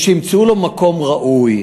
שימצאו לו מקום ראוי.